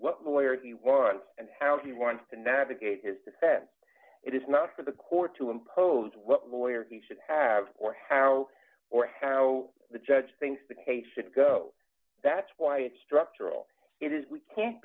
what lawyer he wants and how he wants to navigate his defense it is not for the court to impose what lawyer he should have or how or how the judge thinks the case should go that's why it's structural it is we can't